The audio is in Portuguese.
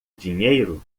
dinheiro